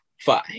Five